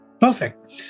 Perfect